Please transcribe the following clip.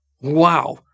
Wow